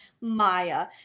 Maya